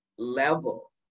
level